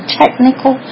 technical